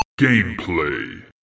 Gameplay